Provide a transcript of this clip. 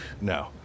No